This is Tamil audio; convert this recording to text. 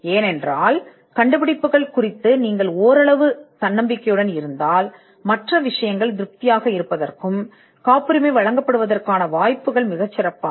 ஏனென்றால் கண்டுபிடிப்பு படி குறித்து நீங்கள் நியாயமான நம்பிக்கையுடன் இருந்தால் காப்புரிமை மற்ற விஷயங்கள் திருப்தி அடைவதற்கான வாய்ப்புகள் மிகச் சிறந்தவை